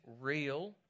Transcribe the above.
real